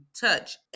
touch